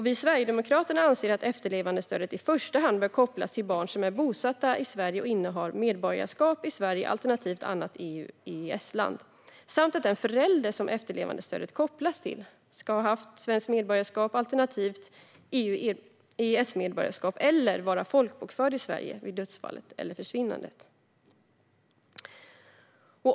Vi sverigedemokrater anser att efterlevandestödet i första hand bör kopplas till barn som är bosatta i Sverige och innehar medborgarskap i Sverige alternativt i ett annat EU EES-medborgarskap eller vara folkbordförd i Sverige vid dödsfallet eller försvinnandet.